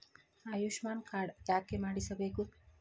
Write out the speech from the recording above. Ayushman card ಯಾಕೆ ಮಾಡಿಸಬೇಕು?